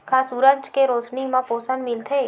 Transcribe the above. का सूरज के रोशनी म पोषण मिलथे?